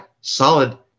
solid